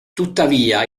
tuttavia